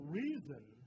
reason